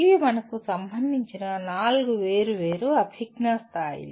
ఇవి మనకు సంబంధించిన నాలుగు వేర్వేరు అభిజ్ఞా స్థాయిలు